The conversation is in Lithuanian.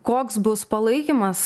koks bus palaikymas